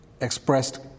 expressed